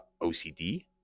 ocd